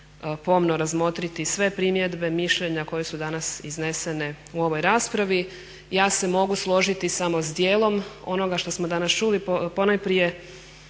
pomno razmotriti sve primjedbe, mišljenja koja su danas iznesene u ovoj raspravi. Ja se mogu složiti samo sa dijelom onoga što smo danas čuli ponajprije